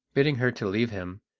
bidding her to leave him,